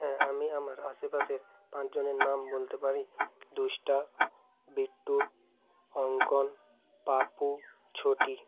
হ্যাঁ আমি আমার আশেপাশের পাঁচজনের নাম বলতে পারি দুষ্টা বিট্টু অঙ্কন পাপু ছোটি